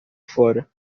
fora